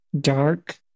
dark